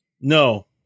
No